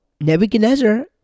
Nebuchadnezzar